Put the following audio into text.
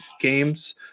games